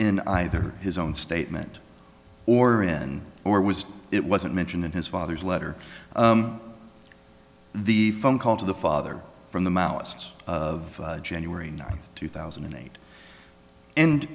in either his own statement or in or was it wasn't mentioned in his father's letter the phone call to the father from the maoists of january ninth two thousand and eight and